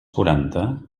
quaranta